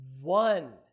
one